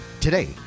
Today